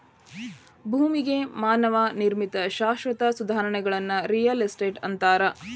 ಭೂಮಿಗೆ ಮಾನವ ನಿರ್ಮಿತ ಶಾಶ್ವತ ಸುಧಾರಣೆಗಳನ್ನ ರಿಯಲ್ ಎಸ್ಟೇಟ್ ಅಂತಾರ